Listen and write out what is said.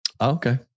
Okay